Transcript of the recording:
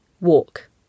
Walk